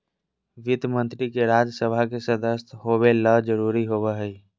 वित्त मंत्री के राज्य सभा के सदस्य होबे ल जरूरी होबो हइ